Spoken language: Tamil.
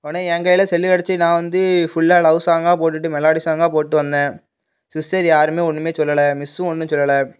ஆனால் என் கையில் செல்லு கெடைச்சி நான் வந்து ஃபுல்லாக லவ் சாங்காக போட்டுட்டு மெலோடி சாங்காக போட்டு வந்தேன் சிஸ்டர் யாருமே ஒன்றுமே சொல்லலை மிஸ்ஸும் ஒன்றும் சொல்லலை